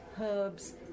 herbs